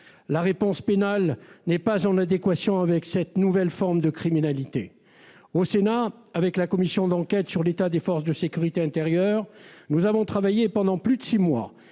La réponse pénale n'est pas en adéquation avec cette nouvelle forme de criminalité. La commission d'enquête sénatoriale sur l'état des forces de sécurité intérieure a travaillé pendant plus de six mois,